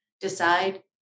decide